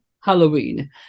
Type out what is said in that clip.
Halloween